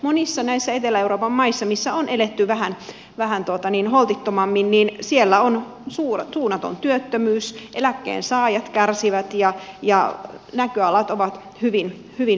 monissa näissä etelä euroopan maissa missä on eletty vähän holtittomammin niin siellä on suunnaton työttömyys eläkkeensaajat kärsivät ja näköalat ovat hyvin vähäiset